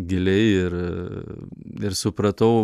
giliai ir ir supratau